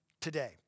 today